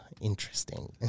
interesting